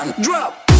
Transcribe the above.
Drop